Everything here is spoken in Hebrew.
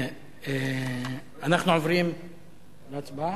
אנחנו עוברים להצבעה.